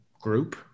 group